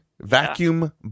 Vacuum